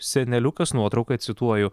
seneliukas nuotrauka cituoju